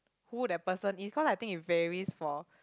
who that person it's cause I think it varies for